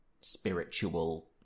spiritual